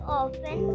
often